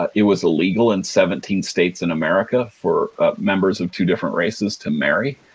ah it was illegal in seventeen states in america for members of two different races to marry.